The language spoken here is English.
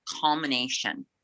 culmination